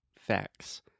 facts